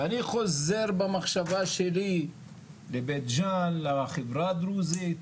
ואני חוזר במחשבה שלי לבית ג'אן, לחברה הדרוזית,